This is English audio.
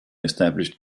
established